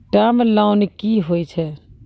Term loan कि होय छै?